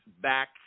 back